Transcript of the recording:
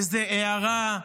איזו הערה,